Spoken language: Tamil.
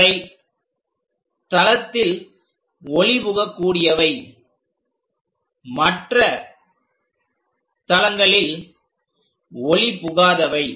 இவை ஒரு தளத்தில் ஒளிபுகக்கூடியவை மற்ற தளங்களில் ஒளிபுகாதவை